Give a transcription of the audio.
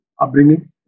upbringing